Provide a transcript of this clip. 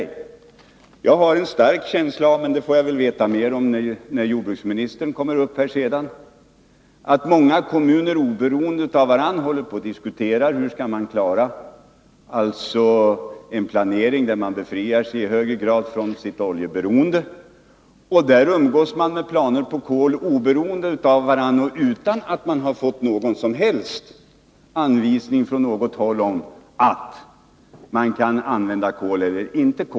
Jag har en stark känsla av, men det får jag väl veta mer om när jordbruksministern kommer upp i debatten, att många kommuner oberoende av varandra håller på att diskutera hur de skall klara en planering där de i högre grad befriar sig från sitt oljeberoende. Där umgås man med planer på kol oberoende av varandra, och utan att man fått någon som helst anvisning från något håll om att man kan använda kol.